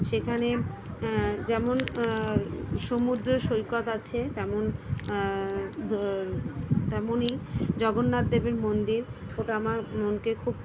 সেখানে যেমন সমুদ্র সৈকত আছে তেমন দর তেমনই জগন্নাথ দেবের মন্দির ওটা আমার মনকে খুব